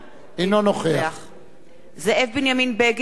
אינו נוכח זאב בנימין בגין, אינו נוכח